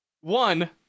one